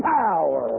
power